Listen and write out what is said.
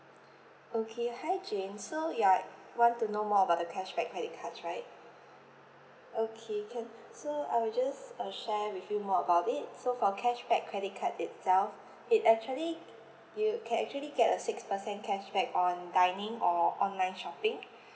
okay hi jane so ya you want to know more about the cashback credit cards right okay can so I will just uh share with you more about it so for cashback credit card itself it actually you can actually get a six percent cashback on dining or online shopping